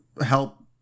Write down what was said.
help